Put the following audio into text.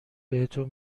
بهتون